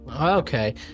Okay